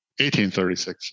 1836